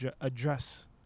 address